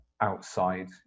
outside